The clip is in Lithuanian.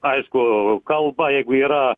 aišku kalba jeigu yra